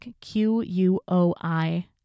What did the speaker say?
Q-U-O-I